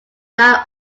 live